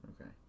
Okay